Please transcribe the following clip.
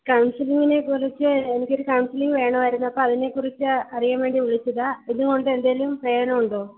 കൗൺസലിങ്ങിനെക്കുറിച്ച് എനിക്കൊരു കൗൺസിലിങ്ങ് വേണമായിരുന്നു അപ്പോൾ അതിനെ കുറിച്ച് അറിയാൻ വേണ്ടി വിളിച്ചതാണ് ഇതുകൊണ്ട് എന്തെങ്കിലും പ്രയോജനമുണ്ടോ